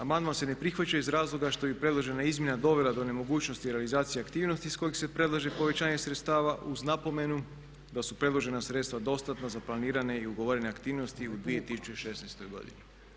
Amandman se ne prihvaća iz razloga što bi predložena izmjena dovela do nemogućnosti realizacije aktivnosti iz kojih se predlaže povećanje sredstava uz napomenu da su predložena sredstva dostatna za planiranje i ugovorene aktivnosti u 2016. godini.